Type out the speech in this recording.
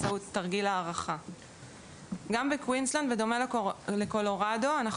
גם בקווניסלנד בדומה לקולורדו אנחנו